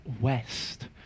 west